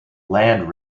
land